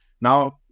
Now